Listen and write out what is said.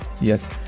Yes